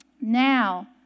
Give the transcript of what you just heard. Now